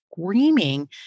screaming